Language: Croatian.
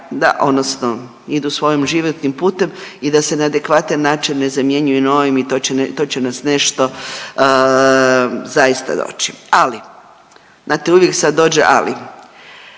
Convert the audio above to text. da odnosno idu svojim životnim putem i da se na adekvatan način ne zamjenjuju novim i to će i to će nas nešto zaista doći, ali, znate uvijek sad dođe ali.